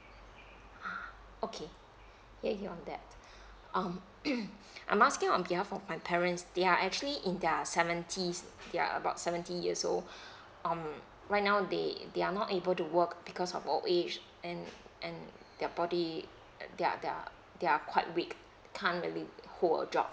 okay hear you on that um I'm asking on behalf of my parents they are actually in their seventieth they are about seventy years old um right now they they are not able to work because of old age and and their body they are they are they are quite weak currently to hold a job